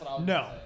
No